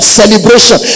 celebration